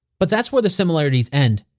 but that's where the similarities end.